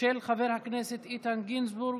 של חבר הכנסת איתן גינזבורג